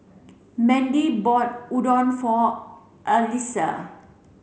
Mandy bought Udon for Alissa